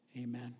Amen